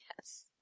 Yes